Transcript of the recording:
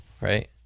right